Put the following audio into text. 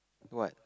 what